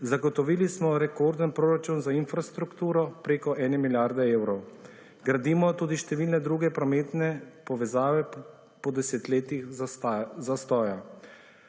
Zagotovili smo rekorden proračun za infrastrukturo, preko milijarde evrov. Gradimo tudi številne druge prometne povezave po desetletjih zastoja.